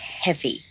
heavy